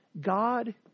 God